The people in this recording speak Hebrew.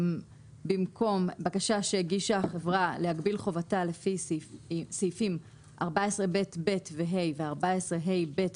במקום "בקשה שהגישה החברה להגביל חובתה לפי סעיפים 14ב(ב) ו-(ה) ו-14ה(ב)